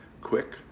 quick